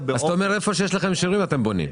אתה אמר שהיכן שיש לכם אישורים, אתם בונים.